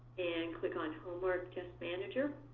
and click on homework test manager.